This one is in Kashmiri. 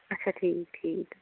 اَچھا ٹھیٖک ٹھیٖک